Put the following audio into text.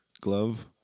glove